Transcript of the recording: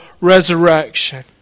resurrection